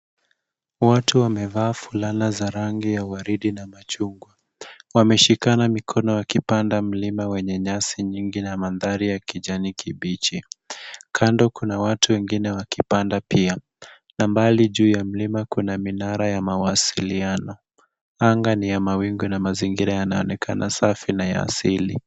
Watu wamevaa fulana za rangi ya waridi na machungwa. Wameshikana mikono wakipanda mlima wenye nyasi nyingi na mandhari ya kijani kibichi. Kando kuna watu wengine wakipanda pia, na mbali juu ya mlima kuna minara ya mawasiliano. Anga ni ya mawingu na mazingira yanaonekana safi na ya asili.